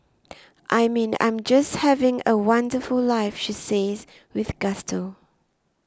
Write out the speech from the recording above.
I mean I'm just having a wonderful life she says with gusto